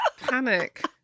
panic